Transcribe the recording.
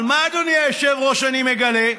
אבל מה, אדוני היושב-ראש, אני מגלה?